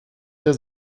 dir